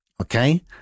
Okay